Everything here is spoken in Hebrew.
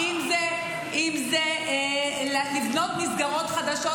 אם זה לבנות מסגרות חדשות,